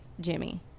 Jimmy